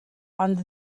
ond